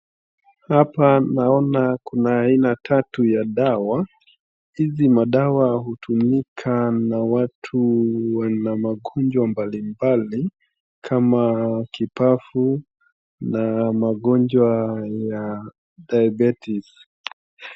Hapa naona kuna aina tatu ya dawa. Hizi madawa hutumika na watu wanamagonjwa mbalimbali kama kipafu na magonjwa ya diabetes .